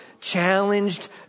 challenged